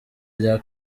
rya